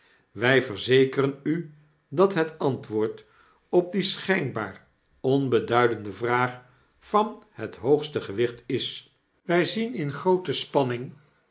wij verzekeren u dat het antwoord op die schynbaar onbeduidende vraag van het hoogste gewichtis wij zien in groote spanning